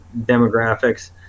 demographics